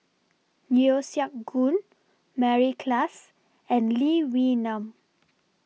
Yeo Siak Goon Mary Klass and Lee Wee Nam